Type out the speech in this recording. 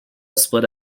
split